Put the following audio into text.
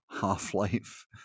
Half-Life